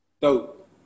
Dope